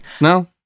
No